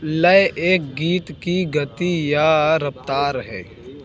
लय एक गीत की गति रफ़्तार है